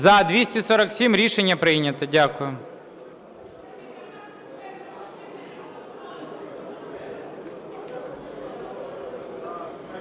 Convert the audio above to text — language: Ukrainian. За-247 Рішення прийнято. Дякую.